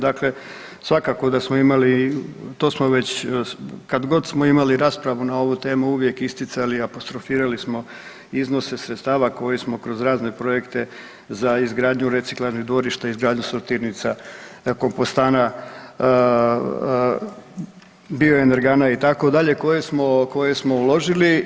Dakle, svakako da smo imali to smo već kad god smo imali raspravu na ovu temu uvijek isticali i apostrofirali smo iznose sredstava koje smo kroz razne projekte za izgradnju reciklažnih dvorišta, izgradnju sortirnica, kompostana, bioenergana itd. koje smo uložili.